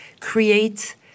create